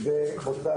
אני מצטרף